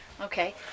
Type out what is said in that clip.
okay